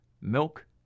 milk